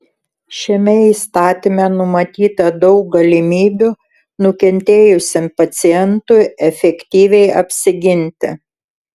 šiame įstatyme numatyta daug galimybių nukentėjusiam pacientui efektyviai apsiginti